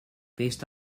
based